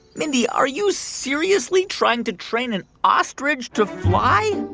mindy, are you seriously trying to train an ostrich to fly?